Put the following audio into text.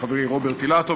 לחברי רוברט אילטוב.